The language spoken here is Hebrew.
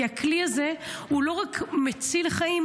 כי הכלי הזה לא רק מציל חיים,